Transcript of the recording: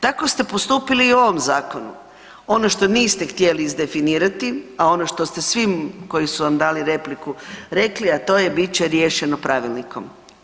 Tako ste postupili i u ovom zakonu, ono što niste htjeli izdefinirati, a ono što ste svi koji su vam dali repliku rekli, a to je bit će riješeno pravilnikom.